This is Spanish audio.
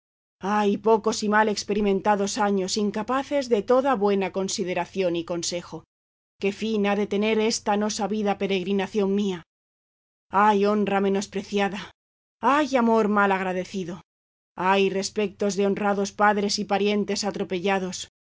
ay pocos y mal experimentados años incapaces de toda buena consideración y consejo qué fin ha de tener esta no sabida peregrinación mía ay honra menospreciada ay amor mal agradecido ay respectos de honrados padres y parientes atropellados